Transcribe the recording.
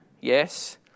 Yes